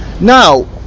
now